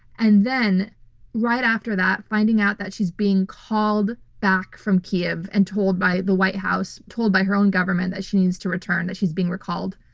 and then right after that, finding out that she's being called back from kyiv and told by the white house, told by her own government that she needs to return, that she's being recalled,